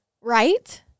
Right